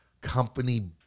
company